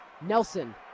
Nelson